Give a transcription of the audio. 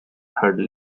her